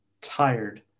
tired